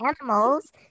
animals